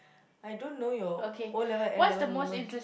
I don't know your O-level and N-level moment